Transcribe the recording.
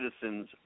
citizens